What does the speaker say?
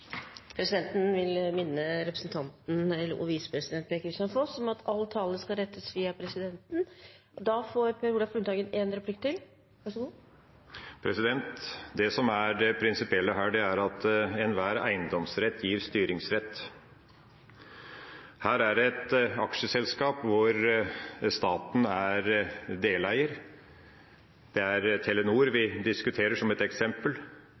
Presidenten vil minne representanten og visepresident Per-Kristian Foss om at all tale skal gå via presidenten. Da får representanten Per Olaf Lundteigen en replikk til. Det som er det prinsipielle her, er at enhver eiendomsrett gir styringsrett. Her er det et aksjeselskap hvor staten er deleier. Det er Telenor vi diskuterer som et eksempel.